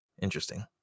interesting